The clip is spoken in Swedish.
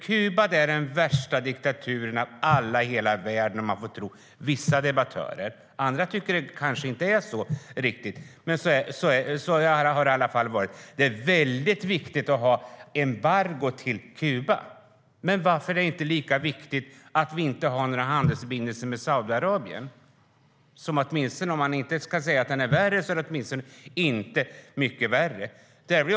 Kuba är den värsta diktaturen i hela världen om man får tro vissa debattörer. Andra tycker kanske inte att det är så, men så har det i alla fall varit. Det är väldigt viktigt att ha embargo mot Kuba. Men varför är det inte lika viktigt att vi inte har handelsförbindelser med Saudiarabien, som är om inte värre så åtminstone inte mycket bättre?